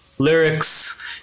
lyrics